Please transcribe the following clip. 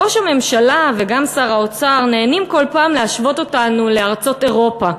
ראש הממשלה וגם שר האוצר נהנים כל פעם להשוות אותנו לארצות אירופה,